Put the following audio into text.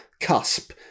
cusp